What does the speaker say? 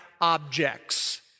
objects